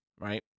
right